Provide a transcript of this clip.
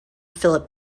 philip